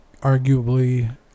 arguably